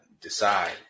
decide